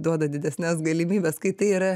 duoda didesnes galimybes kai tai yra